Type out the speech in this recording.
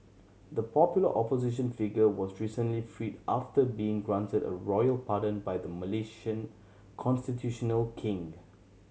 the popular opposition figure was recently freed after being granted a royal pardon by the Malaysian constitutional king